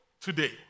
today